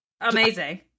Amazing